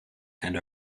and